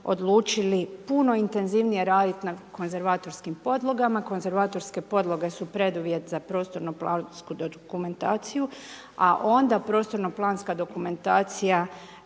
odlučili puno intenzivnije radit na konzervatorskim podlogama, konzervatorske podloge su preduvjet za prostorno plansku dokumentaciju, a onda prostorno planska dokumentacija